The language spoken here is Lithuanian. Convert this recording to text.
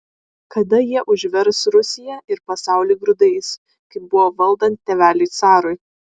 kada jie užvers rusiją ir pasaulį grūdais kaip buvo valdant tėveliui carui